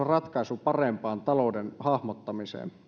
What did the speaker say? ratkaisu parempaan talouden hahmottamiseen